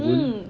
mm